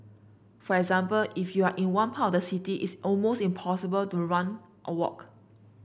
for example if you are in one part of the city it's almost impossible to run or walk